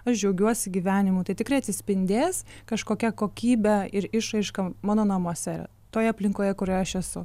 aš džiaugiuosi gyvenimu tai tikrai atsispindės kažkokia kokybe ir išraiška mano namuose toje aplinkoje kurioje aš esu